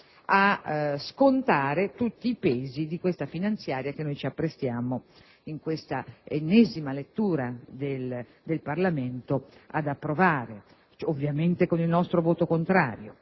a scontare tutti i pesi della manovra finanziaria che ci si appresta in questa ennesima lettura del Parlamento ad approvare, ovviamente con il nostro voto contrario.